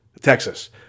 Texas